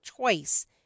choice